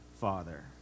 father